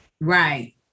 right